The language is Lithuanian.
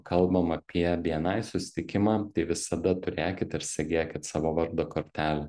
kalbam apie bni susitikimą visada turėkit ir segėkit savo vardo kortelę